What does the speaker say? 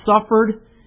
suffered